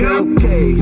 okay